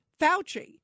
Fauci